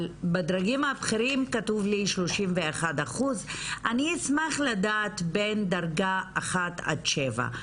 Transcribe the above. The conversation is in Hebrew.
בדרגים הבכירים כתוב לי 31%. אני אשמח לדעת בין דרג 1 עד 7,